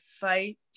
fight